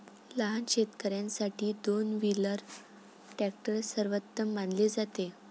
लहान शेतकर्यांसाठी दोन व्हीलर ट्रॅक्टर सर्वोत्तम मानले जाते